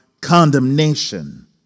condemnation